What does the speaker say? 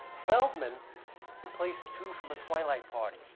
feldman placed two from the twilight party.